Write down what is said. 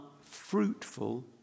fruitful